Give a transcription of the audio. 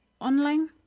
online